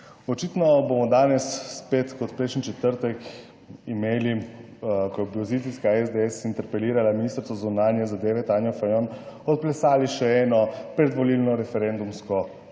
Očitno bomo danes spet kot prejšnji četrtek imeli, ko je opozicijska SDS interpelirala ministrico za zunanje zadeve, Tanjo Fajon, odplesali še eno predvolilno referendumsko